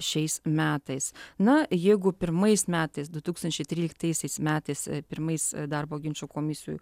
šiais metais na jeigu pirmais metais du tūkstančiai tryliktaisiais metais pirmais darbo ginčų komisijų